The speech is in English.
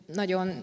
nagyon